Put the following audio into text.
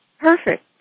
Perfect